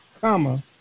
comma